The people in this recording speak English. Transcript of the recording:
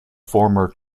former